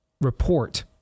report